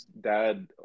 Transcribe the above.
dad